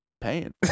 paying